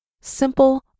simple